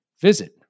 Visit